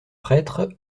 prêtre